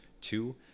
Two